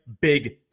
big